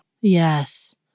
Yes